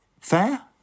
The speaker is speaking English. Fair